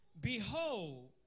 behold